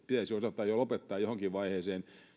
pitäisi osata jo lopettaa johonkin vaiheeseen